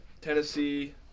Tennessee